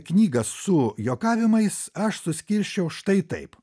knygą su juokavimais aš suskirsčiau štai taip